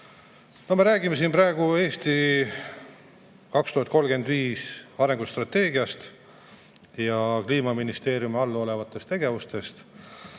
Me räägime siin praegu "Eesti 2035" arengustrateegiast ja Kliimaministeeriumi all olevatest tegevustest.